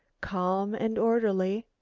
calm and orderly,